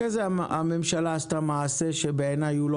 אחרי כן הממשלה עשתה מעשה שבעיניי הוא לא